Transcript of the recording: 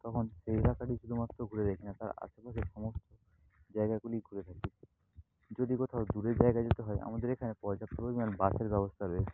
তখন সেই এলাকাটি শুধুমাত্র ঘুরে দেখি না তার আশেপাশের সমস্ত জায়গাগুলি ঘুরে থাকি যদি কোথাও দূরের জায়গায় যেতে হয় আমাদের এখানে পর্যাপ্ত পরিমাণ বাসের ব্যবস্থা রয়েছে